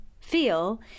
feel